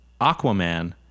Aquaman